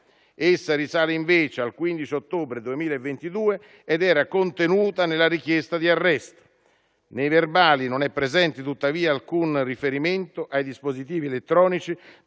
Essa risale, invece, al 15 ottobre 2022 ed era contenuta nella richiesta di arresto. Nei verbali non è presente, tuttavia, alcun riferimento ai dispositivi elettronici